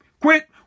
Quit